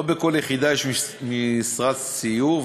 לא בכל יחידה יש משרד סיור,